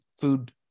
food